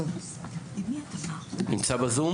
נמצאת בזום?